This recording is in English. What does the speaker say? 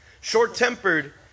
short-tempered